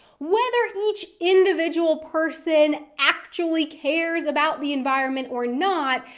whether each individual person actually cares about the environment or not,